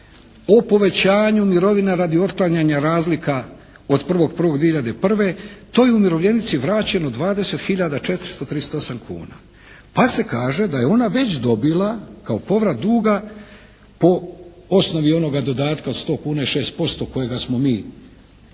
o povećanju mirovina radi otklanjanja razlika od 1.1.2001. toj umirovljenici vraćeno 20 hiljada 438 kuna pa se kaže da je ona već dobila kao povrat duga po osnovi onoga dodatka od 100 kuna i 6% kojega smo mi uveli